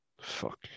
Fuck